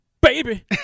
baby